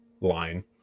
line